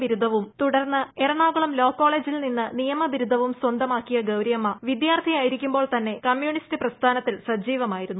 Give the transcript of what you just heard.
ബിരുദവും തൂടർന്ന് എറണാകുളം ലോ കോളേജിൽ നിന്ന് നിയമബിരുദവുള് സ്വന്തമാക്കിയ ഗൌരിയമ്മ വിദ്യാർത്ഥി ആയിരിക്കുമ്പോൾ ത്ന്നെ കമ്യൂണിസ്റ്റ് പ്രസ്ഥാനത്തിൽ സജീവമായിരുന്നു